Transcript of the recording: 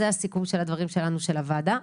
זה סיכום הדברים שלנו, של הוועדה.